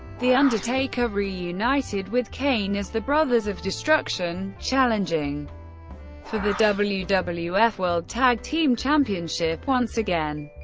the undertaker reunited with kane as the brothers of destruction, challenging for the wwf wwf world tag team championship once again.